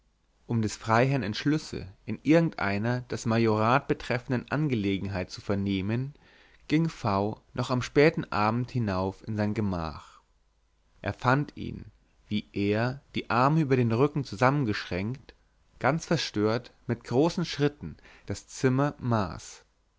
um des freiherrn entschlüsse in irgendeiner das majorat betreffenden angelegenheit zu vernehmen ging v noch am späten abend hinauf in sein gemach er fand ihn wie er die arme über den rücken zusammengeschränkt ganz verstört mit großen schritten das zimmer maß